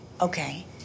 Okay